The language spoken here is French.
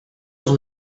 dans